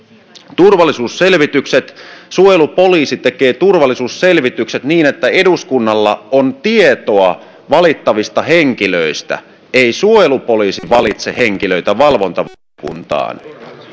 turvallisuusselvitykset suojelupoliisi tekee turvallisuusselvitykset niin että eduskunnalla on tietoa valittavista henkilöistä ei suojelupoliisi valitse henkilöitä valvontavaliokuntaan